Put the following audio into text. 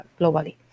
globally